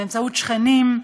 באמצעות שכנים,